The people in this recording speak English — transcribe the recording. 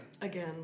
Again